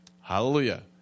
Hallelujah